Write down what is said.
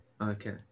Okay